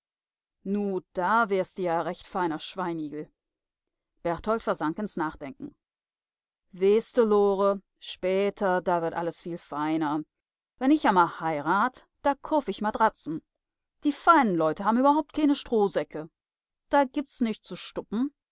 nu da wärste ja a recht feiner schweinigel berthold versank ins nachdenken weeßte lore später da wird alles viel feiner wenn ich amal heirat da koof ich madratzen die fein'n leute haben überhaupt keene strohsäcke da gibt's nischt zu stuppen